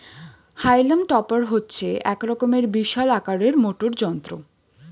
হাইলাম টপার হচ্ছে এক রকমের বিশাল আকারের মোটর যন্ত্র